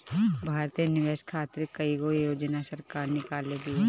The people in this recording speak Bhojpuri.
भारत में निवेश खातिर कईगो योजना सरकार निकलले बिया